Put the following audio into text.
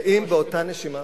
או שאם באותה נשימה,